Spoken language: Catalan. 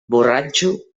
borratxo